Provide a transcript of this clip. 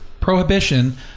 prohibition